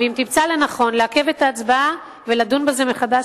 ואם תמצא לנכון לעכב את ההצבעה ולדון בזה מחדש,